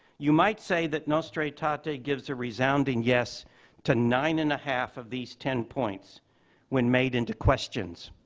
you might say that nostra aetate gives a resounding yes to nine and a half of these ten points when made into questions.